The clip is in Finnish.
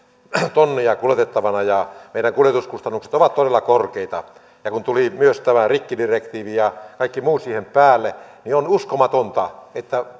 tonneja kuljetettavana ja meidän kuljetuskustannukset ovat todella korkeita kun tuli myös tämä rikkidirektiivi ja kaikki muu siihen päälle niin on uskomatonta että